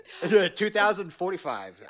2045